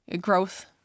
growth